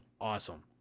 awesome